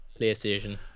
PlayStation